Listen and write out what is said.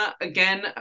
again